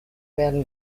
werden